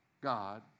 God